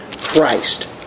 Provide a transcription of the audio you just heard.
Christ